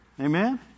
Amen